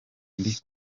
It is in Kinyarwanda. ndi